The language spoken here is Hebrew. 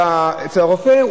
אצל הרופא,